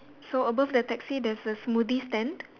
so above the taxi there's a smoothie stand